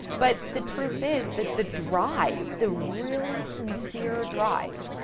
but the truth is that the drive, the really sincere drive,